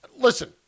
Listen